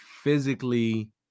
physically